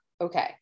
Okay